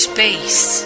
Space